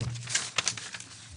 (הצגת מצגת)